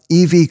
EV